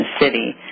city